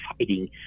fighting